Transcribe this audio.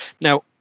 Now